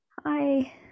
Hi